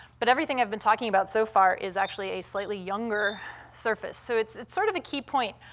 but everything i've been talking about so far is actually a slightly younger surface. so it's it's sort of a key point,